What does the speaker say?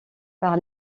par